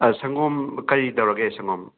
ꯁꯪꯒꯣꯝ ꯀꯔꯤ ꯇꯧꯔꯒꯦ ꯁꯪꯒꯣꯝ